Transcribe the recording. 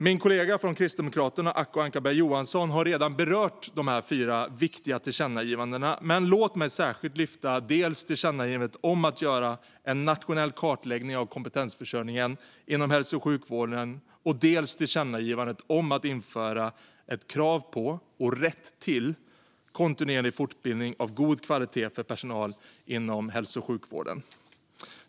Min kollega från Kristdemokraterna, Acko Ankarberg Johansson, har redan berört dessa fyra viktiga tillkännagivanden, men låt mig särskilt lyfta fram dels tillkännagivandet om att göra en nationell kartläggning av kompetensförsörjningen inom hälso och sjukvården, dels tillkännagivandet om att införa ett krav på och rätt till kontinuerlig fortbildning av god kvalitet för personal inom hälso och sjukvården.